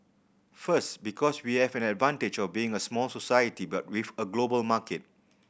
first because we have an advantage of being a small society but with a global market